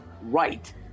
right